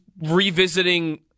revisiting